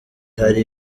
hari